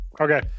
Okay